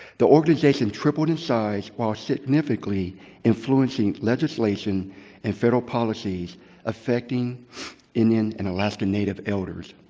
the organization tripled in size while significantly influencing legislation and federal policies affecting indian and alaskan native elders.